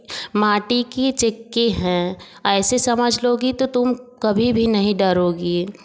माटी की चिक्की हैं ऐसे समझ लोगी तो तुम कभी भी नहीं डरोगी